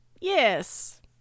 Yes